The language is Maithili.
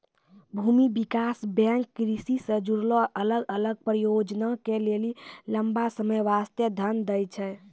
भूमि विकास बैंक कृषि से जुड़लो अलग अलग परियोजना के लेली लंबा समय बास्ते धन दै छै